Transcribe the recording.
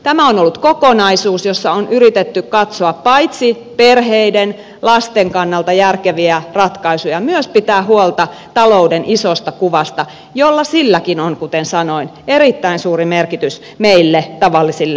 tämä on ollut kokonaisuus jossa on yritetty paitsi katsoa perheiden lasten kannalta järkeviä ratkaisuja myös pitää huolta talouden isosta kuvasta jolla silläkin on kuten sanoin erittäin suuri merkitys meille tavallisille lapsiperheille